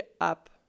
up